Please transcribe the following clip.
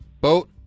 Boat